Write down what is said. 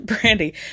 Brandy